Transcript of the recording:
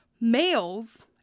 males